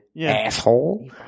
Asshole